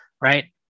right